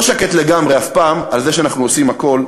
לא שקט לגמרי אף פעם, על זה שאנחנו עושים הכול